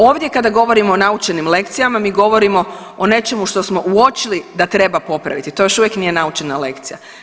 Ovdje, kada govorimo o naučenim lekcijama, mi govorimo o nečemu što smo uočili da treba popraviti, to još uvijek nije naučena lekcija.